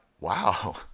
wow